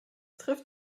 trifft